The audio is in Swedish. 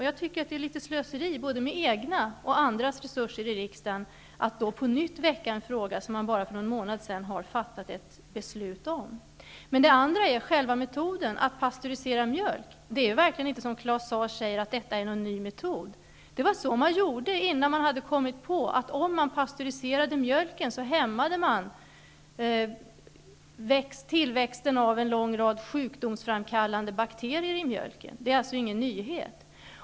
Jag tycker att det är litet slöseri både med egna och andras resurser i riksdagen att då på nytt väcka en fråga som riksdagen bara för någon månad sedan har fattat ett beslut om. Det andra är själva metoden att inte pastörisera mjölk. Det är verkligen inte som Claus Zaar säger att detta är en ny metod. Det var så man gjorde innan man hade kommit på att om mjölken pastöriserades hämmade man tillväxten av en lång rad sjukdomsframkallande bakterier. Det är alltså ingen nyhet.